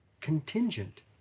contingent